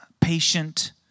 patient